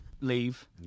leave